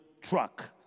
truck